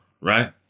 right